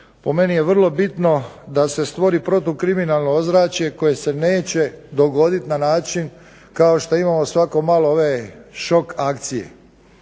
Po meni je vrlo bitno da se stvori protukriminalno ozračje koje se neće dogoditi na način kao što imamo svako malo ove šok akcije.